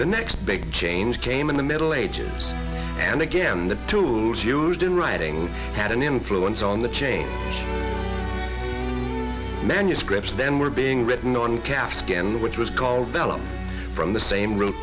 the next big change came in the middle ages and again the tools used in writing had an influence on the change manuscripts then were being written on calfskin which was called bella from the same ro